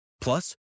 Plus